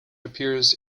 appears